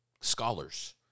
scholars